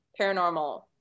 paranormal